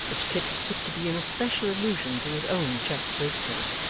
which kit took to be in a special allusion to his own checked waistcoat,